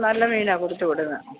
നല്ല മീനാണ് കൊടുത്ത് വിടുന്നത്